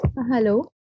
Hello